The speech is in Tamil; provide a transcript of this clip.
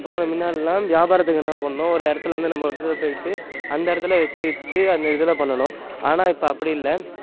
இப்போ முன்னாடிலாம் வியாபாரத்துக்கு என்ன பண்ணோம் ஒரு இடத்துலேர்ந்து நம்ம வந்து போயிட்டு அந்த இடத்துல வச்சி விற்று அந்த இதில் பண்ணுனோம் ஆனால் இப்போ அப்படி இல்லை